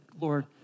Lord